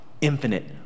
infinite